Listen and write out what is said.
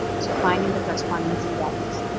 so finding the corresponding z-values.